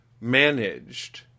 managed